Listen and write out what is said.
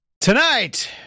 Tonight